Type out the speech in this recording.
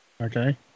Okay